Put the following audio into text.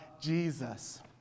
Jesus